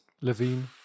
Levine